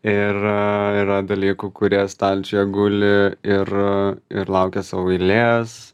ir yra dalykų kurie stalčiuje guli ir ir laukia savo eilės